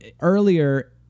earlier